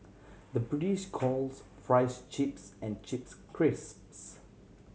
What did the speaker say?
the British calls fries chips and chips crisps